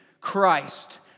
Christ